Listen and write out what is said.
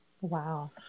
Wow